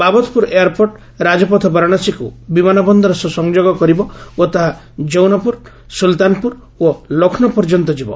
Babatpur airport ରାଜପଥ ବାରାଣାସୀକୁ ବିମାନ ବନ୍ଦର ସହ ସଂଯୋଗ କରିବ ଓ ତାହା ଯୌନପୁର ସୁଲତାନପୁର ଓ ଲକ୍ଷ୍ନୌ ପର୍ଯ୍ୟନ୍ତ ଯିବ